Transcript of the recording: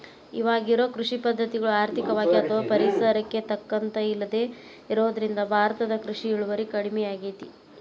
ಇವಾಗಿರೋ ಕೃಷಿ ಪದ್ಧತಿಗಳು ಆರ್ಥಿಕವಾಗಿ ಅಥವಾ ಪರಿಸರಕ್ಕೆ ತಕ್ಕಂತ ಇಲ್ಲದೆ ಇರೋದ್ರಿಂದ ಭಾರತದ ಕೃಷಿ ಇಳುವರಿ ಕಡಮಿಯಾಗೇತಿ